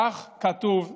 כך כתוב בעזרא,